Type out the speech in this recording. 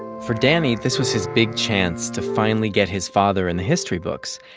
for danny, this was his big chance to finally get his father in the history books.